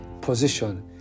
position